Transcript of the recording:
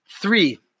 Three